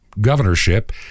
Governorship